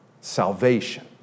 salvation